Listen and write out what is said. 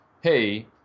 hey